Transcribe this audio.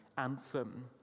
anthem